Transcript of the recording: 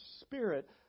Spirit